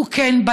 וכן,